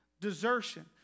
desertion